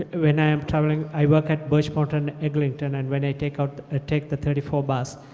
when i am traveling, i work at birchmount and eglinton and when i take out, i take the thirty four bus,